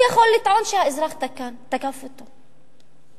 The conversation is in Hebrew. הוא יכול לטעון שהאזרח תקף אותו,